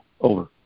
Over